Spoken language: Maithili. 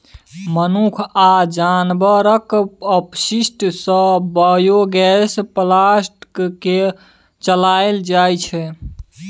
मनुख आ जानबरक अपशिष्ट सँ बायोगैस प्लांट केँ चलाएल जाइ छै